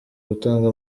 gutanga